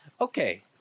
okay